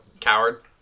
coward